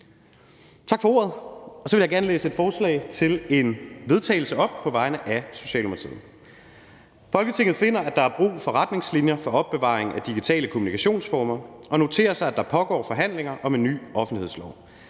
fremsætte følgende: Forslag til vedtagelse »Folketinget finder, at der er brug for retningslinjer for opbevaring af digitale kommunikationsformer, og noterer sig, at der pågår forhandlinger om en ny offentlighedslov.